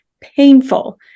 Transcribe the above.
painful